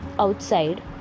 outside